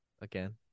again